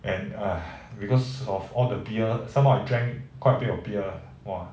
and !aiya! because of all the beer somemore I drank quite a bit of beer !wah!